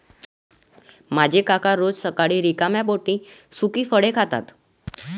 माझे काका रोज सकाळी रिकाम्या पोटी सुकी फळे खातात